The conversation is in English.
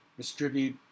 distribute